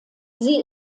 sie